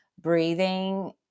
breathing